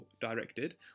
directed